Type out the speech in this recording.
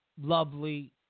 lovely